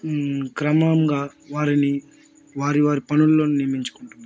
క్రమంగా వారిని వారి వారి పనుల్లో నియమించుకుంటున్నారు